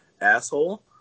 asshole